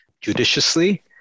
judiciously